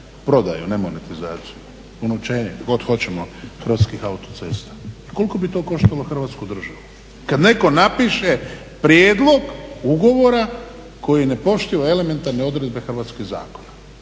prodaju, ne monetizaciju, unovčenje, kako god hoćemo, Hrvatskih autocesta. Koliko bi to koštalo Hrvatsku državu kad netko napiše prijedlog ugovora koji ne poštiva elementarne odredbe hrvatskih zakona?